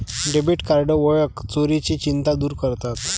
debit card ओळख चोरीची चिंता दूर करतात